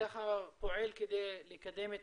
וככה פועל כדי לקדם את